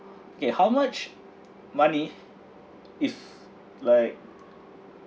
okay how much money if like